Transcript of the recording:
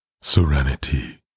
serenity